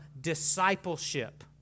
discipleship